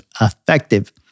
effective